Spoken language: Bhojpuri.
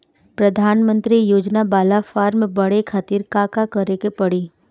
प्रधानमंत्री योजना बाला फर्म बड़े खाति का का करे के पड़ी?